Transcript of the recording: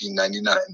1999